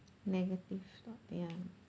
negative thought ya